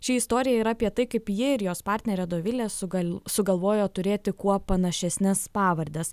ši istorija yra apie tai kaip ji ir jos partnerė dovilė sugal sugalvojo turėti kuo panašesnes pavardes